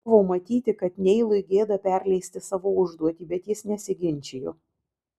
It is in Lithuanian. buvo matyti kad neilui gėda perleisti savo užduotį bet jis nesiginčijo